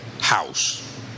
house